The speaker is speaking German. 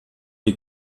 die